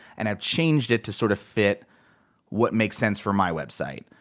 and i've changed it to sort of fit what makes sense for my website.